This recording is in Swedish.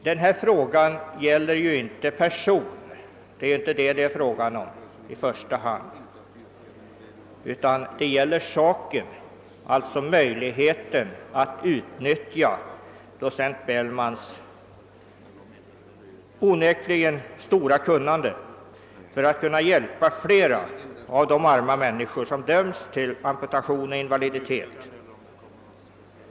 Denna fråga gäller inte i första hand en person — den gäller möjligheten att utnyttja docent Bellmans stora kunskaper för att kunna hjälpa fler av de arma människor som i annat fall döms till amputation och invaliditet.